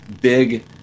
big